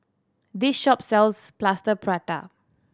this shop sells Plaster Prata